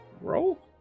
Roll